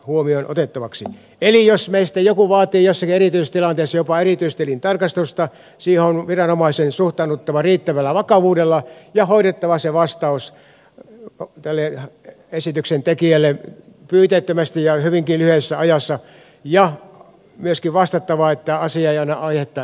eli jos meistä joku vaatii jossakin erityistilanteessa jopa erityistilintarkastusta siihen on viranomaisen suhtauduttava riittävällä vakavuudella ja hoidettava se vastaus tälle esityksen tekijälle pyyteettömästi ja hyvinkin lyhyessä ajassa ja myöskin vastattava että asia ei anna aihetta enempään